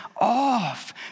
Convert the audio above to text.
off